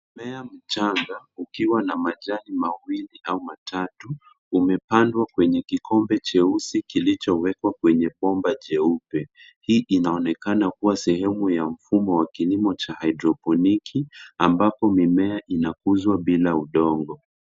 Mmea mchanga ukiwa na majani mawili au matatu umepandwa kwenye kikombe cheusi kilichowekwa kwenye bomba jeupe. Hii inaonekana kuwa sehemu ya mfumo wa kilimo cha haidroponiki ambapo mimea inakuzwa bila udongo.